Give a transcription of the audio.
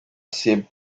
cible